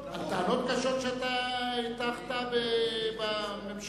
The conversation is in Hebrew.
על טענות קשות שאתה הטחת בממשלה,